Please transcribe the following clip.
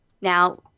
Now